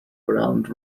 ground